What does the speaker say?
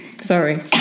Sorry